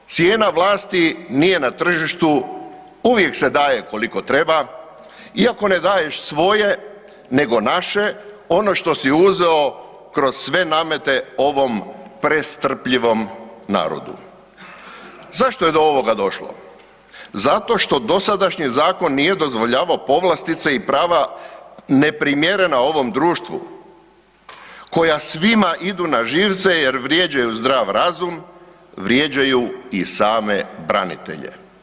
Cijena vlasti nije na tržištu, uvijek se daje koliko treba iako ne daješ svoje nego naše, ono što si uzeo kroz sve namete ovom prestrpljivom narodu. zašto je do ovoga došlo? zato što dosadašnji zakon nije dozvoljavao povlastice i prava neprimjerena ovom društvu, koja svima idu na živce jer vrijeđaju zdrav razum, vrijeđaju i same branitelje.